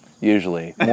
usually